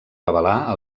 revelar